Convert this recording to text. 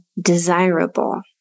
desirable